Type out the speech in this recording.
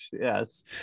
Yes